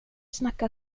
snacka